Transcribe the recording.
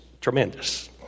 tremendous